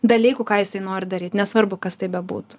dalykų ką jisai nori daryt nesvarbu kas tai bebūtų